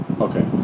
Okay